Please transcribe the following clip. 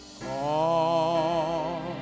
God